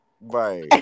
right